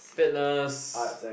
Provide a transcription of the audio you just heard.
fitness